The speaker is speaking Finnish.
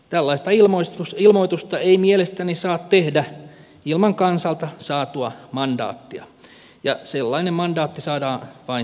tällaista ilmoitusta ei mielestäni saa tehdä ilman kansalta saatua mandaattia ja sellainen mandaatti saadaan vain kansanäänestyksellä